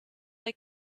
they